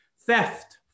theft